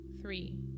three